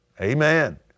Amen